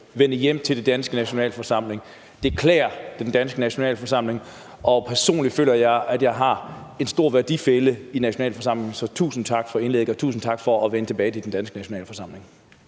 vende hjem til den danske nationalforsamling. Det klæder den danske nationalforsamling, og personligt føler jeg, at jeg har en stor værdifælle i nationalforsamlingen. Så tusind tak for indlægget, og tusind tak for at vende tilbage til den danske nationalforsamling.